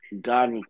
God